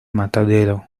matadero